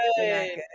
good